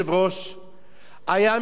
היה מקרה מזעזע,